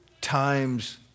Times